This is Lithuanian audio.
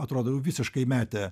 atrodo jau visiškai metė